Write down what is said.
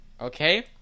Okay